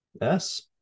Yes